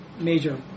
major